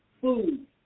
food